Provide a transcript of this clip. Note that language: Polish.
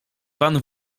pan